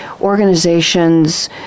organizations